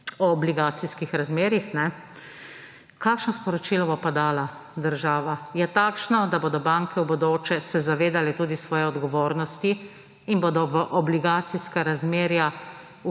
o obligacijski razmerjih. Kakšno sporočilo bo pa dala država? Ja takšno, da se bodo banke v bodoče zavedale tudi svoje odgovornosti in bodo v obligacijska razmerja